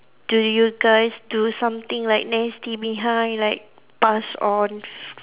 do you guys do something like nasty behind like pass on